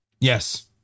Yes